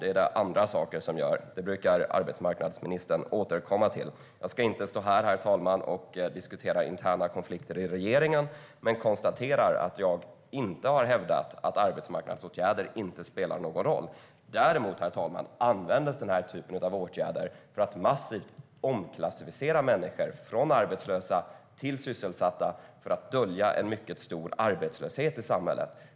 Det är det andra saker som gör. Det brukar arbetsmarknadsminister Ylva Johansson återkomma till. Jag ska inte stå här och diskutera interna konflikter i regeringen, men jag konstaterar att jag inte har hävdat att arbetsmarknadsåtgärder inte spelar någon roll. Däremot användes denna typ av åtgärder för att massivt omklassificera människor från arbetslösa till sysselsatta för att dölja en mycket stor arbetslöshet i samhället.